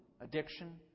Addiction